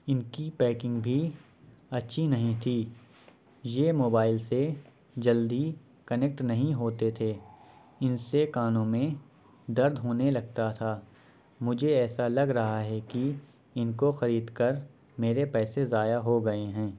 ان کی پیکنگ بھی اچھی نہیں تھی یہ موبائل سے جلدی کنیکٹ نہیں ہوتے تھے ان سے کانوں میں درد ہونے لگتا تھا مجھے ایسا لگ رہا ہے کہ ان کو خرید کر میرے پیسے ضایع ہو گئے ہیں